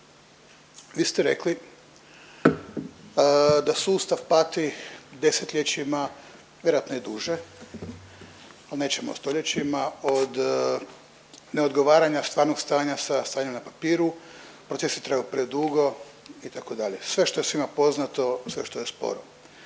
Vi ste rekli da sustav pati desetljećima vjerojatno i duže, a nećemo o stoljećima od neodgovaranja stvarnog stanja sa stanjem na papiru, procesi traju predugo itd. Sve što je svima poznato, sve što je sporno.